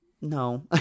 no